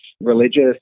religious